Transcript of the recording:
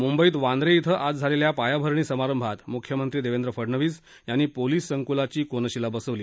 मुंबईत वांद्रे इथं आज झालेल्या पायाभरणी समारंभात मुख्यमंत्री देवेंद्र फडणवीस यांनी पोलीस संकुलाची कोनशिला बसविली